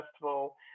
Festival